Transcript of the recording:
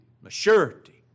maturity